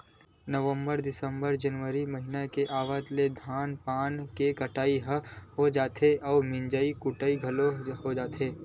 नवंबर, दिंसबर, जनवरी महिना के आवत ले धान पान के कटई ह हो जाथे अउ मिंजा कुटा घलोक जाथे